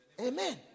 amen